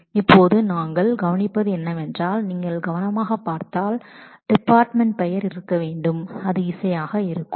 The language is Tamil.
இப்போது நாம் கவனிப்பது என்னவென்றால் நீங்கள் கவனமாகப் பார்த்தால் டிபார்ட்மெண்ட் பெயர் இருக்க வேண்டும் அது இசையாக இருக்க வேண்டும்